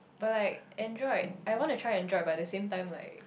but like Android I wanna try Android but the same time like